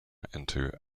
into